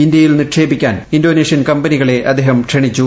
ഇന്ത്യയിൽ നിക്ഷേപിക്കാൻ ഇന്തോനേഷ്യൻ കമ്പ്നികളെ അദ്ദേഹം ക്ഷണിച്ചു